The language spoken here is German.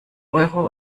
euro